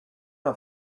are